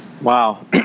Wow